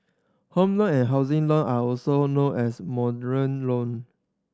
Home Loan and housing loan are also known as loan